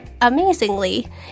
Amazingly